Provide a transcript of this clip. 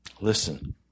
Listen